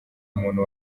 muntu